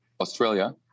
australia